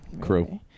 crew